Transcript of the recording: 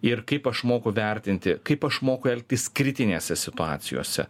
ir kaip aš moku vertinti kaip aš moku elgtis kritinėse situacijose